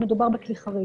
כי מדובר בכלי חריג.